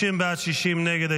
50 בעד, 60 נגד.